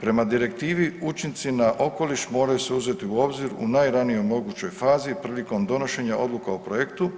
Prema direktivi, učinci na okoliš moraju se uzeti u obzir u najranijoj mogućoj fazi prilikom donošenja odluka o projektu